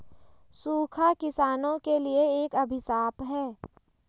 सूखा किसानों के लिए एक अभिशाप है